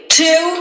two